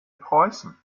preußen